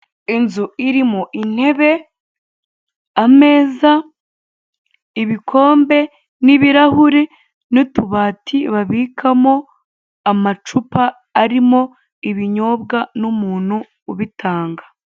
Inzu irimo intebe, ameza, ibikombe, n'ibirahuri, n'utubati babikamo amacupa arimo ibinyobwa n'umuntu ubitanga.